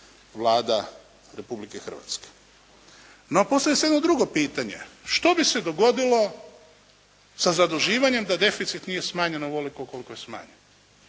Vlada Republike Hrvatske. No postoji sad jedno drugo pitanje što bi se dogodilo sa zaduživanjem da deficit nije smanjen na ovoliko koliko je smanjen?